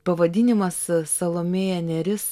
pavadinimas salomėja nėris